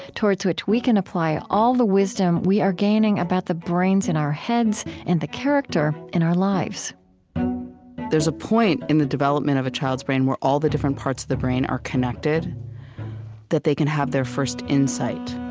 towards which we can apply all the wisdom we are gaining about the brains in our heads and the character in our lives there's a point in the development of a child's brain where all the different parts of the brain are connected that they can have their first insight.